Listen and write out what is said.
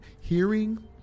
hearing